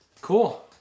Cool